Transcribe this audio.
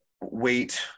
weight